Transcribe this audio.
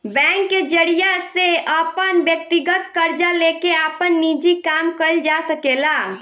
bank के जरिया से अपन व्यकतीगत कर्जा लेके आपन निजी काम कइल जा सकेला